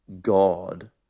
God